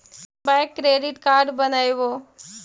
हम bank credit card बनैवो?